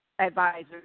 advisors